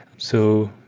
so,